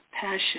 passion